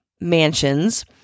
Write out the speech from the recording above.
mansions